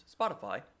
Spotify